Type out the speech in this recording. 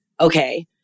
Okay